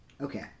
Okay